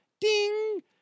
Ding